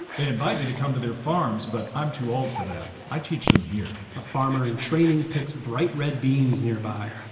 they invite me to come to their farms, but i'm too old for that. i teach them here a farmer-in-training picks bright red beans nearby.